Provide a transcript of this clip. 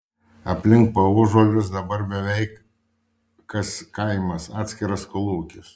aplink paužuolius dabar beveik kas kaimas atskiras kolūkis